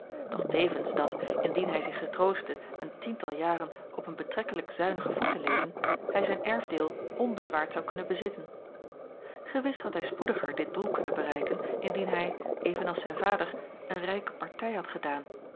doch tevens dat indien hij zich getroostte een tiental jacob van ennep laasje evenster op een betrekkelijk zuinigen voet te leven hij zijn erfdeel onbezwaard zou kunnen bezitten gewis had hij spoediger dit doel kunnen bereiken indien hij even als zijn vader een rijke partij had gedaan